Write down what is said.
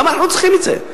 למה אנחנו צריכים את זה?